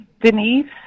Denise